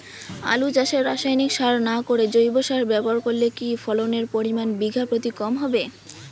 আলু চাষে রাসায়নিক সার না করে জৈব সার ব্যবহার করলে কি ফলনের পরিমান বিঘা প্রতি কম হবে?